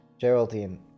Geraldine